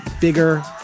bigger